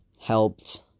helped